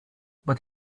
but